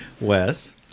Wes